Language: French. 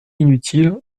inutiles